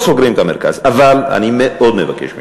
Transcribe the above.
אבל אני מאוד מבקש ממך,